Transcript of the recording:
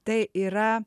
tai yra